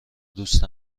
دوست